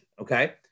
okay